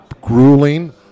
grueling